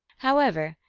however,